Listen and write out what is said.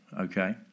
okay